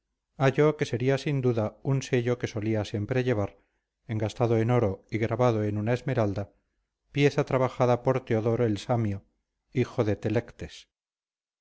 perder halló que sería sin duda un sello que solía siempre llevar engastado en oro y grabado en una esmeralda pieza trabajada por teodoro el samio hijo de